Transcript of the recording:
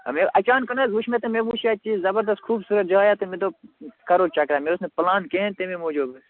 دوٚپمَے اچانٛک حظ وُچھ مےٚ تہٕ مےٚ وُچھ اَتہِ یہِ زبردس خوٗبصوٗرَت جایا تہٕ مےٚ دوٚپ کَرَو چکرا مےٚ اوس نہٕ پُلان کِہیٖنٛۍ تَمےَ موٗجوٗب حظ